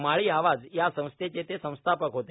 माळी आवाज या संस्थेचे ते संस्थापक होते